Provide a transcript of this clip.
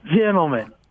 Gentlemen